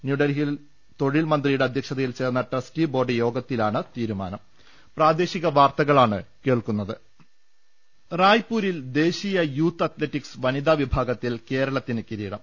ന്യൂഡൽഹിയിൽ തൊഴിൽ മന്ത്രിയുടെ അധ്യക്ഷതയിൽ ചേർന്ന ട്രസ്റ്റി ബോർഡ് യോഗത്തിലാണ് തീരുമാ റായ്പൂരിൽ ദേശീയ യൂത്ത് അത്ലറ്റിക്സ് വനിതാ വിഭാഗത്തിൽ കേരളത്തിന് കിരീടം